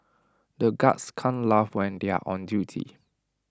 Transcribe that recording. the guards can't laugh when they are on duty